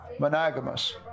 Monogamous